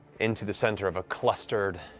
into the center of a clustered,